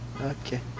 Okay